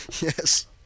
Yes